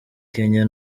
kenya